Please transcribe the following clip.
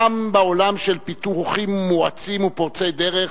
גם בעולם של פיתוחים מואצים ופורצי דרך,